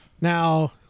Now